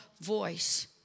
voice